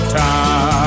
time